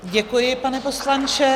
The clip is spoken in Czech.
Děkuji, pane poslanče.